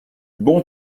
bon